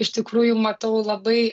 iš tikrųjų matau labai